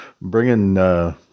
bringing